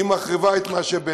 היא מחריבה את מה שביניהם,